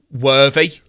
worthy